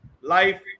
life